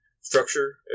structure